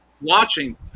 watching